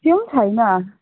त्यो पनि छैन